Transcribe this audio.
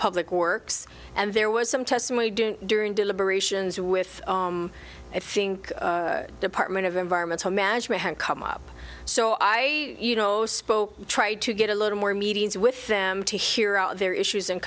public works and there was some testimony doing during deliberations with i think department of environmental management had come up so i you know spoke tried to get a little more meetings with them to hear out their issues and